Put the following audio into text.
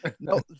No